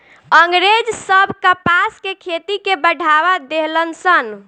अँग्रेज सब कपास के खेती के बढ़ावा देहलन सन